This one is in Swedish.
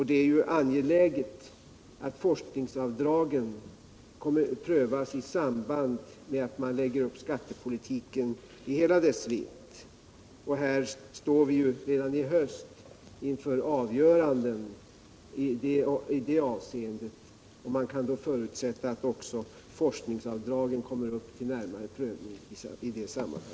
Det är ju angeläget att forskningsavdragen prövas i samband med att man lägger upp skattepolitiken i hela dess vidd. Vi står redan i höst inför avgöranden i det avseendet, och man kan förutsätta att också forskningsavdragen kommer upp till en närmare prövning i det sammanhanget.